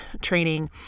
training